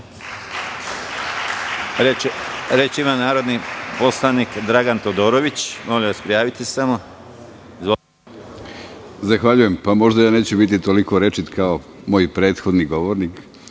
Reč ima narodni poslanik Dragan Todorović. **Dragan Todorović** Zahvaljujem. Možda ja neću biti toliko rečit kao moj prethodni govornik,